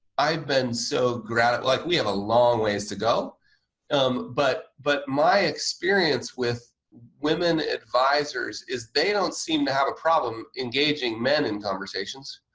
i've been so gratified like we have a long ways to go um but but my experience with women advisors is they don't seem to have a problem engaging men in conversations.